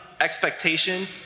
expectation